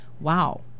wow